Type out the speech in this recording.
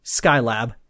Skylab